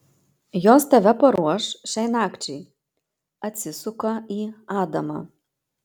jos tave paruoš šiai nakčiai atsisuka į adamą